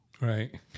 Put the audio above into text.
Right